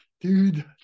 dude